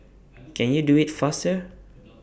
can you do IT faster